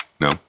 No